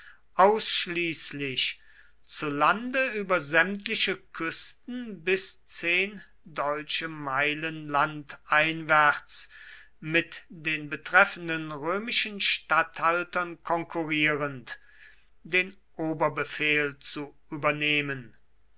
ausschließlich zu lande über sämtliche küsten bis zehn deutsche meilen landeinwärts mit den betreffenden römischen statthaltern konkurrierend den oberbefehl zu übernehmen